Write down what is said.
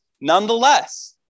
nonetheless